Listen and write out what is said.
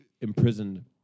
imprisoned